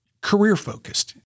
career-focused